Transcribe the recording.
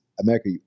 America